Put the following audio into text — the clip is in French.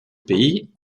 pays